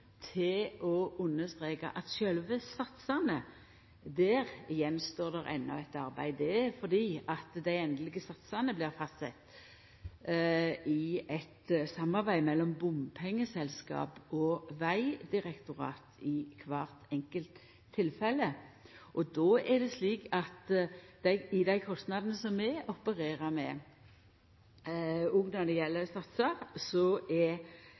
til å understreka at for sjølve satsane står det enno att eit arbeid. Det er fordi dei endelege satsane blir fastsette i eit samarbeid mellom bompengeselskap og vegdirektorat i kvart enkelt tilfelle. I desse kostnadene – òg når det gjeld satsar – opererer vi med at det er lagt til grunn 6,5 pst. rente. Det er